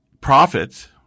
profits